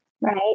Right